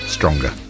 Stronger